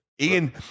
Ian